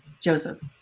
Joseph